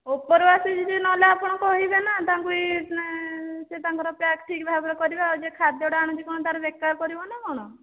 ଉପ ଆସିଛି ଯେ ନହେଲେ ଆପଣ କହିବେ ନା ତାଙ୍କୁ ସେ ତାଙ୍କର ପ୍ୟାକ୍ ଠିକ୍ ଭାବରେ କରିବେ ଆଉ ଯିଏ ଖାଦ୍ୟଟା ଆଣୁଛି ତା'ର ବେକାର ପଡ଼ିବ ନା କଣ